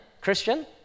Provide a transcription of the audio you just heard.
Christian